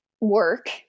work